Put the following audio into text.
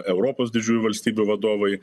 europos didžiųjų valstybių vadovai